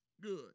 good